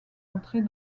entrer